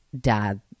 dad